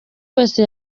wese